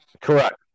Correct